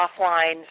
offline